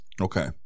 okay